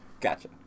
Gotcha